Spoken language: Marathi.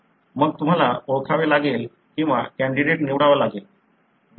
मग तुम्हाला ओळखावे लागेल किंवा कॅण्डीडेट निवडावा लागेल